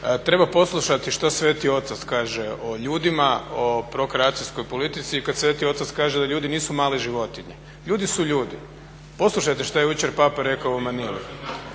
treba poslušati što Sveti otac kaže o ljudima, o prokreacijskoj politici i kad Sveti otac kaže da ljudi nisu male životinje. Ljudi su ljudi, poslušajte što je jučer papa rekao u Manili.